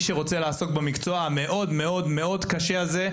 שרוצה לעסוק במקצוע המאוד מאוד קשה הזה,